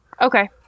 Okay